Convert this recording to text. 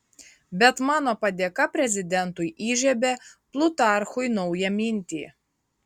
bet mano padėka prezidentui įžiebia plutarchui naują mintį